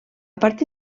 partir